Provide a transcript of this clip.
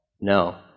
no